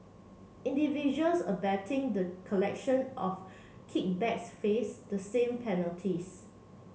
individuals abetting the collection of kickbacks face the same penalties